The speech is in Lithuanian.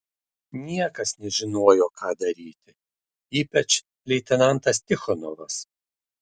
niekas nežinojo ką daryti ypač leitenantas tichonovas